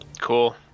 Cool